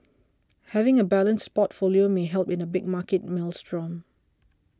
having a balanced portfolio may help in a big market maelstrom